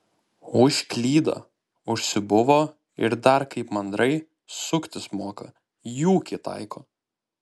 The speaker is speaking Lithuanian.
užklydo užsibuvo ir dar kaip mandrai suktis moka į ūkį taiko